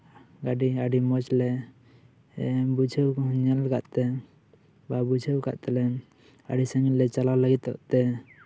ᱜᱟᱹᱰᱤ ᱟᱹᱰᱤ ᱢᱚᱡᱽ ᱞᱮ ᱵᱩᱡᱷᱟᱹᱣ ᱧᱮᱞ ᱠᱟᱜ ᱛᱮ ᱵᱩᱡᱷᱟᱹᱣ ᱠᱟᱜ ᱛᱮᱞᱮ ᱟᱹᱰᱤ ᱥᱟᱺᱜᱤᱧ ᱞᱮ ᱪᱟᱞᱟᱣ ᱞᱟᱜᱤᱫᱚᱜ ᱛᱮ